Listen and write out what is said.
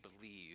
believe